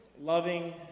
Loving